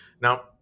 now